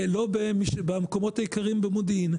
ולא במודיעין.